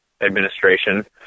administration